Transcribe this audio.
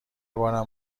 بارم